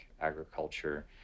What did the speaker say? agriculture